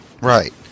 Right